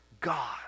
God